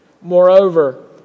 Moreover